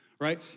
right